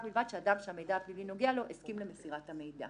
בלבד שהאדם שהמידע הפלילי נוגע לו הסכים למסירת המידע.